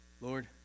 Lord